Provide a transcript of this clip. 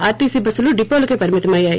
RTC బస్సులు డివోలకే పరిమితమయ్యాయి